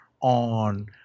on